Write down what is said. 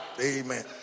Amen